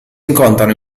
incontrano